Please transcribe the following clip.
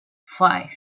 five